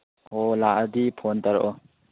ꯑꯣ ꯂꯥꯛꯑꯗꯤ ꯐꯣꯟ ꯇꯧꯔꯛꯑꯣ